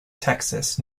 texas